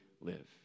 live